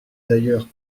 d’ailleurs